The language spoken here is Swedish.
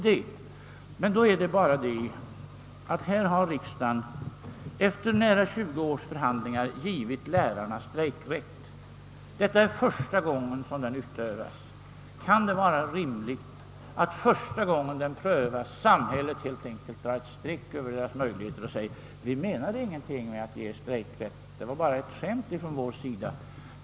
Det är bara det, att riksdagen efter nära tjugo års förhandlingar nu givit lärarna strejkrätt, och detta är första gången den utövas. Kan det vara rimligt att samhället första gången den prövas drar ett streck över den och säger: Vi menade ingenting med att ge er strejkrätt; det var bara ett skämt från vår sida.